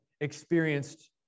experienced